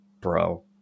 bro